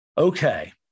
Okay